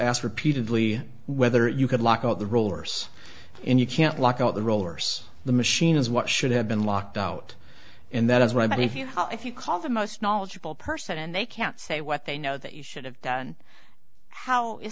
asked repeatedly whether you could lock out the rollers and you can't lock out the rollers the machine is what should have been locked out and that is why but if you if you call the most knowledgeable person and they can't say what they know that you should have done how is